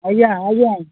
ଆଜ୍ଞା ଆଜ୍ଞା